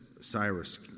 Cyrus